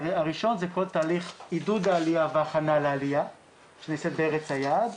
הראשון זה כל תהליך עידוד העלייה וההכנה לעלייה שנעשית בארץ היעד,